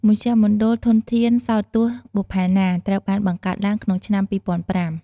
មជ្ឈមណ្ឌលធនធានសោតទស្សន៍បុប្ផាណា ត្រូវបានបង្កើតឡើងក្នុងឆ្នាំ ២០០៥។